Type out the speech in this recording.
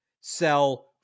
sell